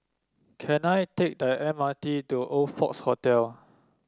can I take the M R T to Oxford Hotel